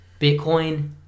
Bitcoin